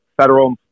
federal